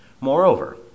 Moreover